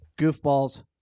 Goofballs